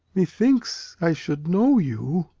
methinks i should know you,